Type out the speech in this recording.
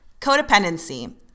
Codependency